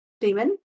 Demon